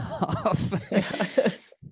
off